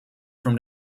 from